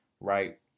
right